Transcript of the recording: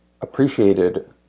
appreciated